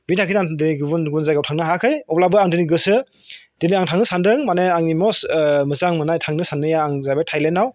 बेनि थाखायनो आं गुबुन गुबुन जायगायाव थांनो हायाखै अब्लाबो आं दिनै गोसो दिनै आं थांनो सानदों माने आंनि मस्ट मोजां मोननाय थांनो साननाया आं जाबाय थायलेन्डआव